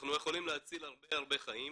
שאנחנו יכולים להציל הרבה חיים